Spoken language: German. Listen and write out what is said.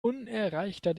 unerreichter